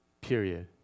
Period